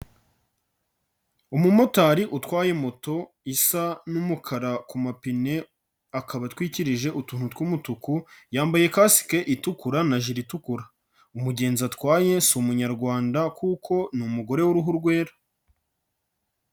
Umumotari utwaye moto isa n'umukara ku mapine, akaba atwikirije utuntu tw'umutuku yambaye kasike itukura, na jire itukura. Umugenzi atwaye si umunyarwanda, kuko ni umugore w'uruhu rwera.